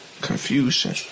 Confusion